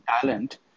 talent